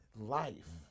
Life